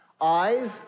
eyes